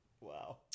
Wow